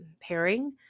pairing